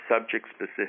subject-specific